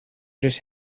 just